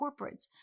corporates